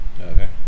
Okay